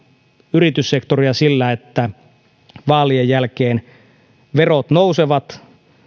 yrityssektoria sillä että vaalien jälkeen verot nousevat